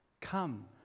Come